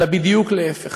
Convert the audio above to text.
אלא בדיוק להפך.